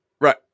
Right